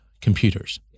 computers